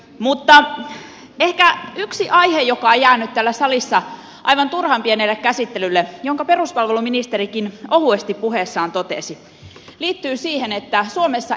mutta yksi aihe joka on ehkä jäänyt täällä salissa aivan turhan pienelle käsittelylle ja jonka peruspalveluministerikin ohuesti puheessaan totesi liittyy siihen että suomessa eliniänodote kasvaa